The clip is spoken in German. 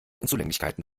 unzulänglichkeiten